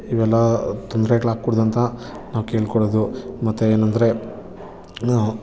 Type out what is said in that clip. ಇವೆಲ್ಲ ತೊಂದ್ರೆಗಳಾಗ್ಕೂಡ್ದು ಅಂತ ನಾವು ಕೇಳ್ಕೊಳೋದು ಮತ್ತೆ ಏನಂದರೆ